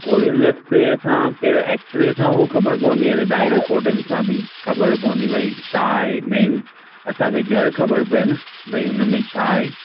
गोरियुनि रस्ते असां पहले एक्स रे सां हू ख़बर पवंदी यानि तव्हांजी रिपोर्टिन सां बि ख़बर पवंदी भई छा आहे मेन असांखे जड़ ख़बर पए न भई हुन में छा आहे